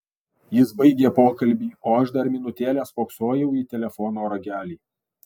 jis baigė pokalbį o aš dar minutėlę spoksojau į telefono ragelį